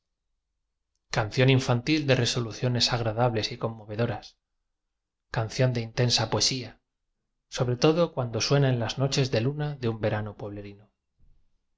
canción infantil de resoluciones agrada bles y conmovedoras canción de inten sa poesía sobre todo cuando suena en las noches de luna de un verano